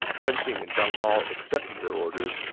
guan xing and zhang bao accepted their orders,